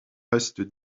reste